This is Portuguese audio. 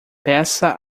peça